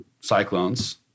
Cyclones